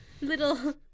little